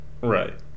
Right